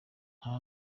nta